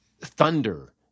thunder